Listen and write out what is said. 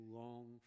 long